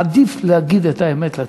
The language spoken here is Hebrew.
עדיף להגיד את האמת לציבור.